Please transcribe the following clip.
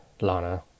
Lana